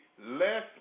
less